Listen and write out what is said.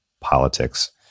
politics